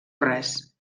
res